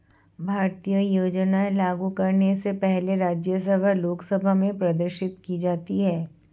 भारतीय योजनाएं लागू करने से पहले राज्यसभा लोकसभा में प्रदर्शित की जाती है